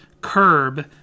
Curb